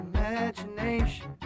Imagination